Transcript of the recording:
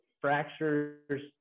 fractures